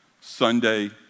Sunday